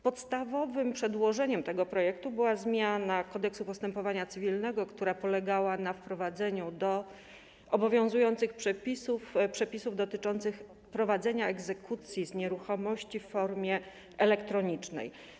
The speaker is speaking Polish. Podstawowym przedłożeniem w przypadku tego projektu była zmiana Kodeksu postępowania cywilnego, która polegała na wprowadzeniu do obowiązujących przepisów przepisów dotyczących prowadzenia egzekucji z nieruchomości w formie elektronicznej.